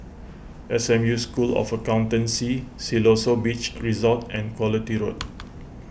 S M U School of Accountancy Siloso Beach Resort and Quality Road